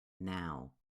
now